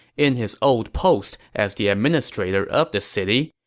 in his old post as the administrator of the city.